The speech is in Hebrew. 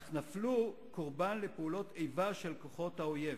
אך נפלו קורבן לפעולות איבה של כוחות האויב.